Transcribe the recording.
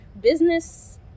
business